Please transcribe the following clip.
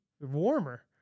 Warmer